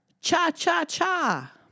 Cha-cha-cha